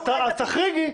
אז תחריגי.